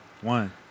One